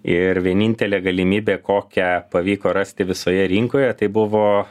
ir vienintelė galimybė kokią pavyko rasti visoje rinkoje tai buvo